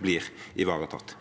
blir ivaretatt.